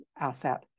asset